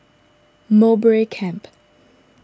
Mowbray Camp